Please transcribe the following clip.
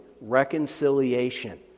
reconciliation